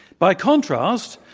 by contrast,